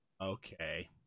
Okay